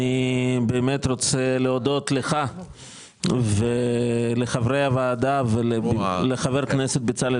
אני באמת רוצה להודות לך ולחברי הוועדה ולחבר הכנסת בצלאל